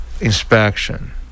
Inspection